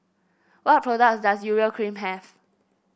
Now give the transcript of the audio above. what products does Urea Cream have